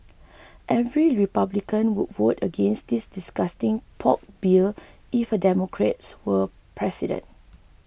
every Republican would vote against this disgusting pork bill if a Democrat were president